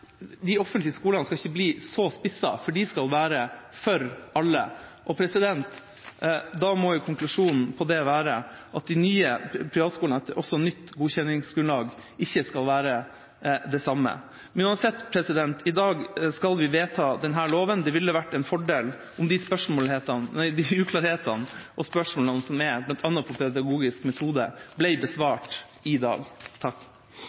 de offentlige skolene skal ikke bli så spissede, for de skal være for alle. Da må jo konklusjonen på det være at de nye privatskolene også etter nytt godkjenningsgrunnlag ikke skal være det samme. Uansett: I dag skal vi vedta denne loven. Det ville vært en fordel om de uklarhetene og de spørsmålene som er om bl.a. pedagogisk metode, ble besvart i dag.